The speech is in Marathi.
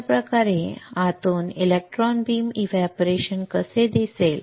अशा प्रकारे आतून इलेक्ट्रॉन बीम एव्हपोरेशन आतून कसे दिसेल